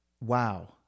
wow